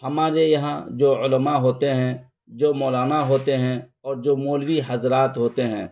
ہمارے یہاں جو علماء ہوتے ہیں جو مولانا ہوتے ہیں اور جو مولوی حضرات ہوتے ہیں